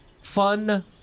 fun